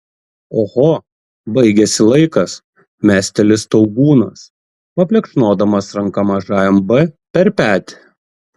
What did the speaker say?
oho baigėsi laikas mesteli staugūnas paplekšnodamas ranka mažajam b per petį